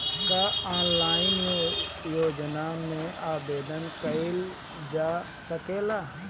का ऑनलाइन योजना में आवेदन कईल जा सकेला?